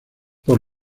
por